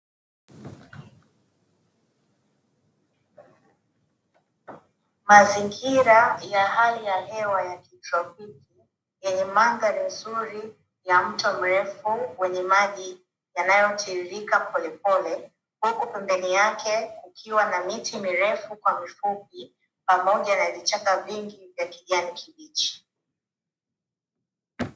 Mazingira ya hali ya hewa ya kitropiki yenye mandhari nzuri ya mto mrefu wenye maji yanayotiririka polepole, huku pembeni yake kukiwa na miti mirefu kwa mifupi pamoja na vichaka vingi vya kijani kibichi.